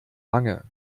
wange